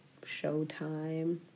Showtime